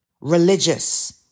religious